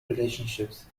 relationships